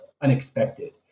unexpected